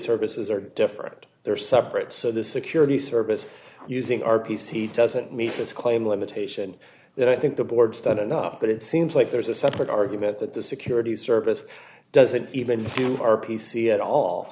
services are different they're separate so the security service using r p c doesn't meet its claim limitation that i think the board's done enough but it seems like there's a separate argument that the security service doesn't even do r p c at all